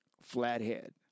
flathead